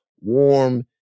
Warm